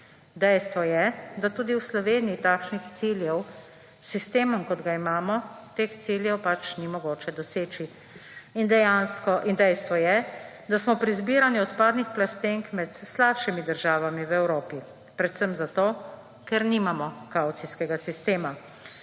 Dejstvo je, da tudi v Sloveniji takšnih ciljev s sistemom, kot ga imamo, teh ciljev pač ni mogoče doseči. In dejstvo je, da smo pri zbiranju odpadnih plastenk med slabšimi državami v Evropi predvsem zato, ker nimamo kavcijskega sistema.